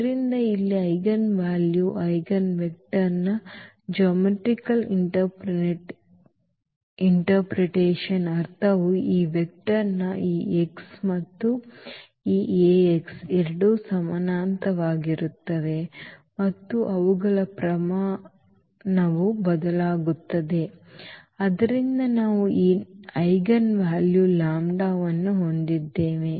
ಆದ್ದರಿಂದ ಇಲ್ಲಿ ಈ ಐಜೆನ್ವೆಲ್ಯುಗಳ ಐಜೆನ್ವೆಕ್ಟರ್ನ ಜ್ಯಾಮಿತೀಯ ಅರ್ಥವು ಈ ವೆಕ್ಟರ್ನ ಈ x ಮತ್ತು ಈ ಏಕ್ಸ್ ಎರಡೂ ಸಮಾನಾಂತರವಾಗಿರುತ್ತವೆ ಮತ್ತು ಅವುಗಳ ಪ್ರಮಾಣವು ಬದಲಾಗುತ್ತದೆ ಮತ್ತು ಆದ್ದರಿಂದ ನಾವು ಈ ಐಜೆನ್ವಾಲ್ಯೂ ಲಾಂಬ್ಡಾವನ್ನು ಹೊಂದಿದ್ದೇವೆ